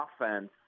offense